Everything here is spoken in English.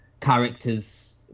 characters